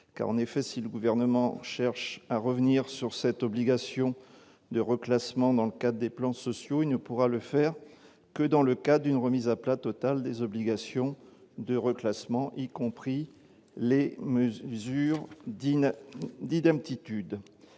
car en effet, si le gouvernement cherche à revenir sur cette obligation de reclassements dans le cas des plans sociaux, il ne pourra le faire que dans le cas d'une remise à plat totale des obligations de reclassement, y compris Les mesures dignes